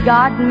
God